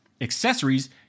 accessories